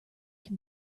can